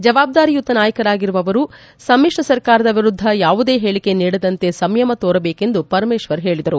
ಜವಾಬ್ದಾರಿಯುತ ನಾಯಕರಾಗಿರುವ ಅವರು ಸಮಿತ್ರ ಸರ್ಕಾರದ ವಿರುದ್ದ ಯಾವುದೇ ಹೇಳಕೆ ನೀಡದಂತೆ ಸಂಯಮ ತೋರಬೇಕು ಎಂದು ಪರಮೇಶ್ವರ್ ಹೇಳದರು